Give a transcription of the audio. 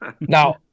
Now